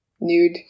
Nude